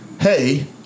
hey